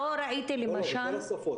בכל השפות.